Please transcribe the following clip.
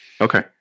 Okay